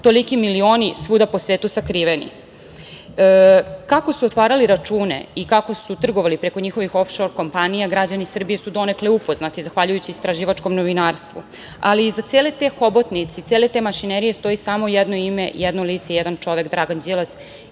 toliki milioni svuda po svetu sakriveni? Kako su otvarali račune i kako su trgovali preko njihovih ofšor kompanija građani Srbije su donekle upoznati zahvaljujući istraživačkom novinarstvu, ali iza cele te hobotnice i cele te mašinerije stoji samo jedno ime, jedno lice, jedan čovek Dragan Đilas